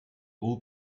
all